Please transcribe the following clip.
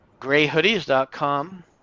Grayhoodies.com